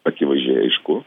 akivaizdžiai aišku